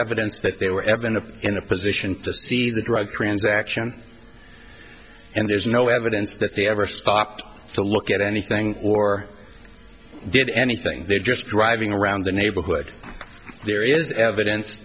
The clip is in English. evidence that they were ever in a in a position to see the drug transaction and there's no evidence that they ever spot to look at anything or did anything they're just driving around the neighborhood there is evidence